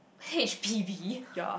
H_P_B